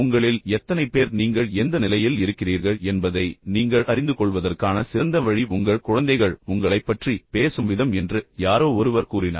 உங்களில் எத்தனை பேர் நீங்கள் எந்த நிலையில் இருக்கிறீர்கள் என்பதை நீங்கள் அறிந்துகொள்வதற்கான சிறந்த வழி உங்கள் குழந்தைகள் உங்களைப் பற்றி பேசும் விதம் என்று யாரோ ஒருவர் கூறினார்